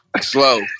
Slow